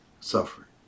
suffering